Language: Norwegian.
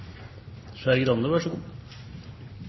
Skei Grande